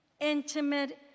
intimate